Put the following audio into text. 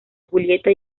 julieta